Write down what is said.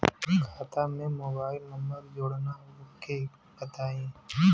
खाता में mobile number जोड़ना ओके बताई?